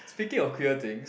speaking of queer things